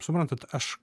suprantat aš